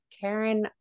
Karen